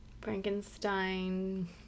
Frankenstein